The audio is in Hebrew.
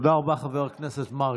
תודה רבה, חבר הכנסת מרגי.